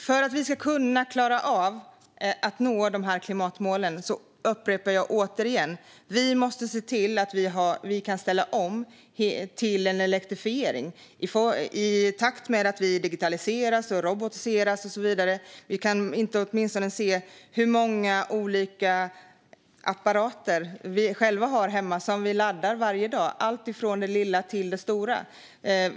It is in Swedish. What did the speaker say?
Fru talman! Jag upprepar: För att vi ska kunna nå klimatmålen måste vi ställa om till en elektrifiering i takt med att vi digitaliseras, robotiseras och så vidare. Tänk bara på hur många olika apparater vi har hemma som vi laddar varje dag; det är allt ifrån det lilla till det stora.